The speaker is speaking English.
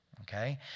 Okay